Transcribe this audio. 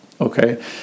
Okay